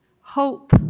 Hope